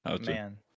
man